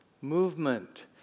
movement